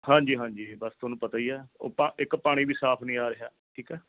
ਹਾਂਜੀ ਹਾਂਜੀ ਇਹ ਬਸ ਤੁਹਾਨੂੰ ਪਤਾ ਹੀ ਆ ਉਹ ਪਾ ਇੱਕ ਪਾਣੀ ਵੀ ਸਾਫ ਨਹੀਂ ਆ ਰਿਹਾ ਠੀਕ ਹੈ